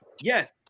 Yes